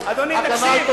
אתו, אני מודיע לך.